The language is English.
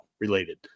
related